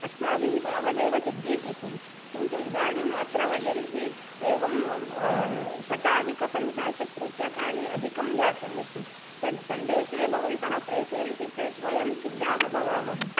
अस्माभिः तावद् एव सज्जीकृतं किन्तु इदानीम् अत्र वदन्ति एवं शताधिकपञ्चाशत् रूपकानि अधिकं जातम् इति तद् सन्देशे भवन्तः प्रेषयन्ति चेद् वयं सिद्धाः भवामः